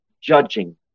judging